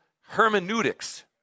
hermeneutics